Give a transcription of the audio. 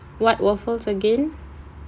what waffles again